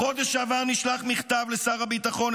בחודש שעבר נשלח מכתב לשר הביטחון,